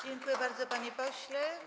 Dziękuję bardzo, panie pośle.